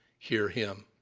hear him!